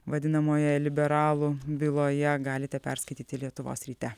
vadinamojoje liberalų byloje galite perskaityti lietuvos ryte